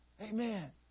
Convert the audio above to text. amen